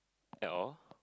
at all